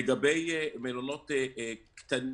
לגבי מלונות קטנים